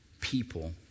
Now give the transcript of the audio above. people